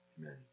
Amen